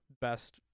best